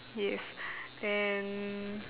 yes then